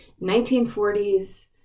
1940s